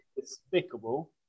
Despicable